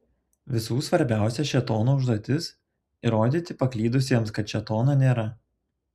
visų svarbiausia šėtono užduotis įrodyti paklydusiems kad šėtono nėra